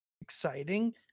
exciting